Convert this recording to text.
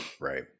Right